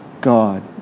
God